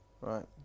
Right